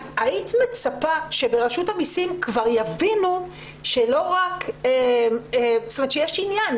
אז היית מצפה שברשות המיסים כבר יבינו שיש עניין.